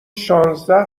شانزده